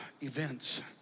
events